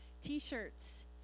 T-shirts